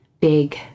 big